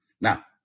Now